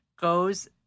Goes